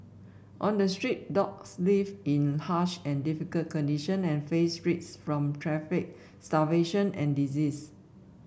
on the street dogs live in harsh and difficult condition and face risk from traffic starvation and disease